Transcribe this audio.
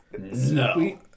No